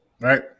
right